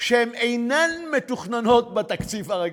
שאינן מתוכננות בתקציב הרגיל,